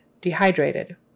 Dehydrated